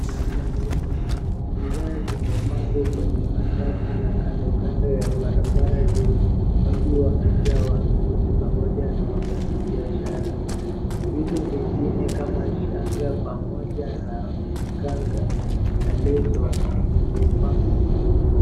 Eneo la soko ni bidhaa zimepangwa kwenye masafu na kandokando ya barabara ndogo. Watu wamejaa, wanunuzi pamoja na wafanyibiashara. Vitu vingine kama shanga pamoja na kanga na leso zimepangwa.